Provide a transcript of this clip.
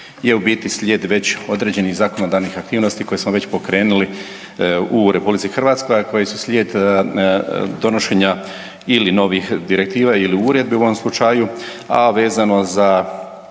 je u biti slijed već određenih zakonodavnih aktivnosti koje smo već pokrenuli u RH, a koje su slijed donošenja ili novih direktiva ili uredbi u ovom slučaju, a vezano za